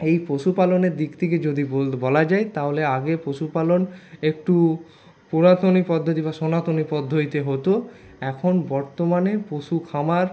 এই পশুপালনের দিক থেকে যদি বলা যায় তাহলে আগে পশুপালন একটু পুরাতনী পদ্ধতি বা সনাতনী পদ্ধতিতে হতো এখন বর্তমানে পশু খামার